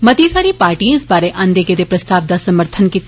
मती सारिएं पार्टिएं इस बारै आंदे गेदे प्रस्ताव दा समर्थन कीता